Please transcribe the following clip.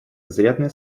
зарядные